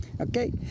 Okay